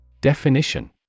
Definition